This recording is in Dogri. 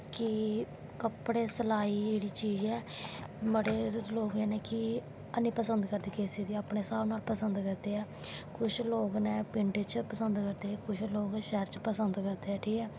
कि कपड़े सलाई जोेह्ड़ी चीज़ ऐ जेह्ड़े एह् जेह् लोग नै कि ऐनी पपसंद करदे ऐ किसै चीज़ गी अपनें हिसाब नाल पसंद करदे नै कुश लोग पिंड च पसंद करदे कुश लोग शैह्र च पसंद करदे नै ठीक ऐ